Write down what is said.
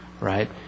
right